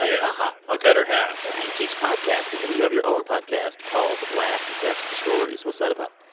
and ah better half yeah you teach podcasting, and you have your own podcast called, last best stories. what's that about?